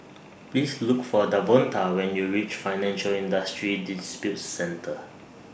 Please Look For Davonta when YOU REACH Financial Industry Disputes Center